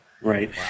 Right